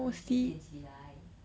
你几点起来